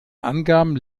angaben